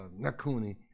Nakuni